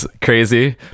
crazy